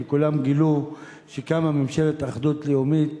וכולם גילו שקמה ממשלת אחדות לאומית,